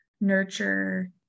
nurture